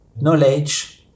knowledge